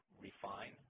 refine